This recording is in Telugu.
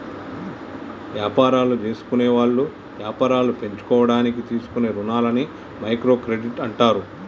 యాపారాలు జేసుకునేవాళ్ళు యాపారాలు పెంచుకోడానికి తీసుకునే రుణాలని మైక్రో క్రెడిట్ అంటారు